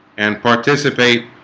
and participate